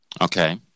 Okay